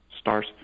stars